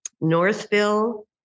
Northville